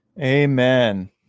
Amen